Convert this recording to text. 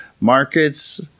Markets